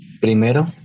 Primero